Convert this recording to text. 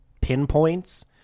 pinpoints